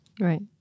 Right